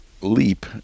leap